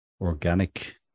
organic